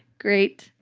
great.